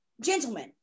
gentlemen